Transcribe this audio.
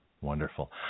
Wonderful